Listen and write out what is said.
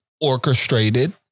orchestrated